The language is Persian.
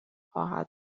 خواهد